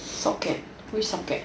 socket which socket